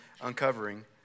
uncovering